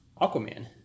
Aquaman